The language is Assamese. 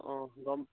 অঁ গম